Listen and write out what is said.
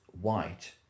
white